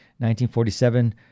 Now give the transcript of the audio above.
1947